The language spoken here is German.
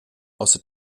außer